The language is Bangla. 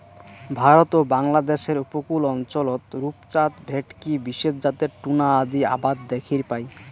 ভারত ও বাংলাদ্যাশের উপকূল অঞ্চলত রূপচাঁদ, ভেটকি বিশেষ জাতের টুনা আদি আবাদ দ্যাখির পাই